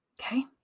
Okay